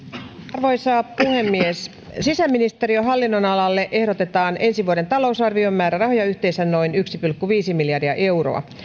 arvoisa puhemies sisäministeriön hallinnonalalle ehdotetaan ensi vuoden talousarvion määrärahoja yhteensä noin yksi pilkku viisi miljardia euroa